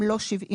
הם לא 71,